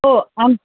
हो आम